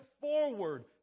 forward